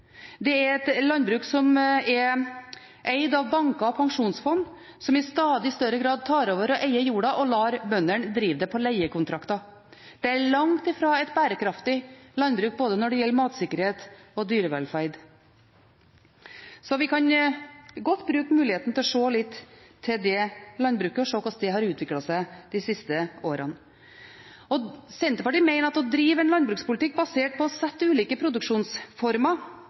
Det er et landbruk som er eid av banker og pensjonsfond, som i stadig større grad tar over og eier jorda, og lar bøndene drive det på leiekontrakter. Det er langt fra et bærekraftig landbruk verken når det gjelder matsikkerhet eller dyrevelferd. Så vi kan godt bruke muligheten til å se litt til det landbruket og se på hvordan det har utviklet seg de siste åra. Senterpartiet mener at å drive en landbrukspolitikk basert på å sette ulike produksjonsformer